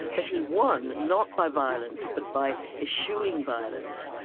but he won not by violence, but by eschewing violence,